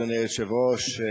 אדוני היושב-ראש,